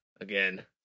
again